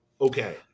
okay